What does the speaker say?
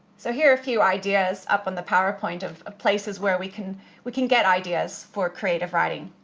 so here are a few ideas up on the power point of places where we can we can get ideas for creative writing.